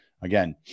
Again